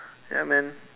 ya man